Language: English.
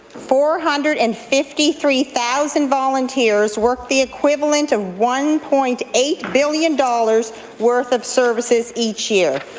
four hundred and fifty three thousand volunteers work the equivalent of one point eight billion dollars worth of services each year.